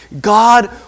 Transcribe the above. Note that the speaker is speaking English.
God